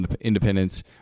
independence